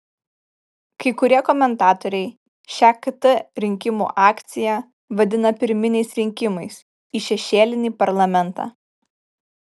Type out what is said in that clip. kai kurie komentatoriai šią kt rinkimų akciją vadina pirminiais rinkimais į šešėlinį parlamentą